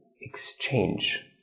exchange